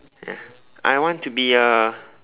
ya I want to be a